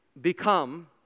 become